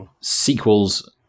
sequels